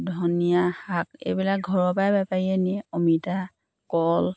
ধনিয়া শাক এইবিলাক ঘৰৰ পৰাই বেপাৰীয়ে নিয়ে অমিতা কল